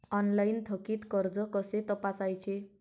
Online थकीत कर्ज कसे तपासायचे?